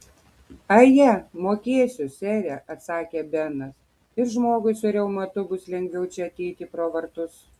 aje mokėsiu sere atsakė benas ir žmogui su reumatu bus lengviau čia ateiti pro vartus